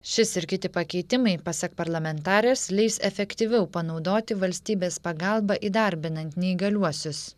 šis ir kiti pakeitimai pasak parlamentarės leis efektyviau panaudoti valstybės pagalbą įdarbinant neįgaliuosius